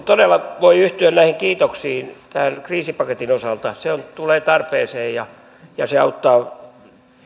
todella voi yhtyä näihin kiitoksiin tämän kriisipaketin osalta se tulee tarpeeseen ja ja se auttaa